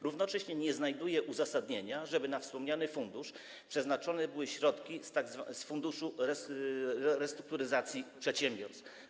Równocześnie nie znajduje uzasadnienia to, żeby na wspomniany fundusz przeznaczone były środki z Funduszu Restrukturyzacji Przedsiębiorców.